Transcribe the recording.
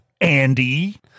Andy